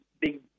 big